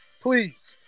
Please